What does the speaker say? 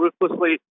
ruthlessly